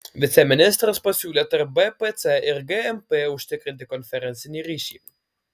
viceministras pasiūlė tarp bpc ir gmp užtikrinti konferencinį ryšį